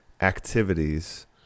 activities